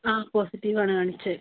ആ പോസിറ്റീവ് ആണ് കാണിച്ചത്